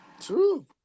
True